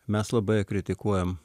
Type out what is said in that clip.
mes labai ją kritikuojam